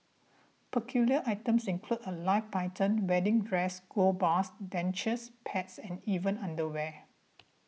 peculiar items include a live python wedding dresses gold bars dentures pets and even underwear